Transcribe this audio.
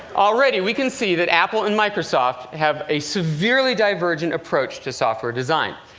already, we can see that apple and microsoft have a severely divergent approach to software design.